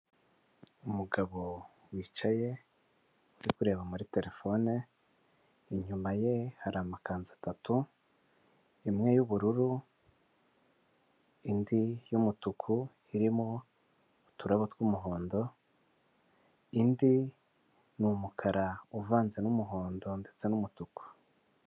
Umugabo wicaye uri kureba muri terefone, inyuma ye hari amakanzu atatu imwe y'ubururu indi y'umutuku irimo uturabo tw'umuhondo, indi ni umukara uvanze n'umuhondo ndetse n'umutuku.